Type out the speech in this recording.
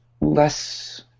less